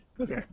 Okay